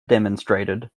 demonstrated